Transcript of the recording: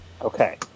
Okay